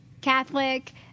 Catholic